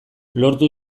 lortu